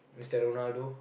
Mister Ronaldo